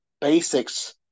basics